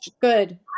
Good